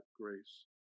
grace